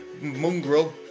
mongrel